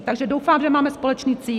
Takže doufám, že máme společný cíl.